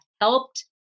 helped